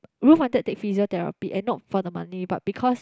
Ruth wanted take physiotherapy and not for the money but because